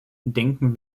denken